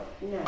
No